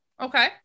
Okay